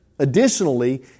Additionally